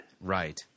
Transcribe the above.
Right